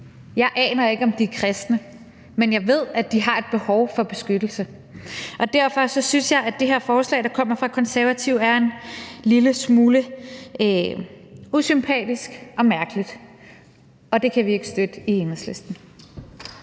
Jeg aner ikke, om de er kristne, men jeg ved, at de har et behov for beskyttelse, og derfor synes jeg, at det her forslag, der kommer fra Konservative, er en lille smule usympatisk og mærkeligt, og det kan vi ikke støtte i Enhedslisten.